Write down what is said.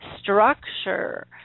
structure